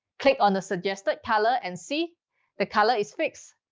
click on the suggested color and see the color is fixed.